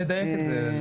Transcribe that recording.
נדייק את זה.